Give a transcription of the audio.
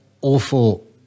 awful